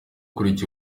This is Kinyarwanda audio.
ukuriye